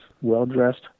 Well-dressed